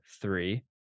three